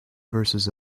verses